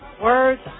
Words